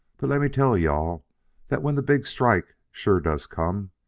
but let me tell you-all that when the big strike sure does come,